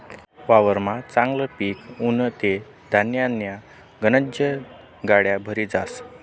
वावरमा चांगलं पिक उनं ते धान्यन्या गनज गाड्या भरी जातस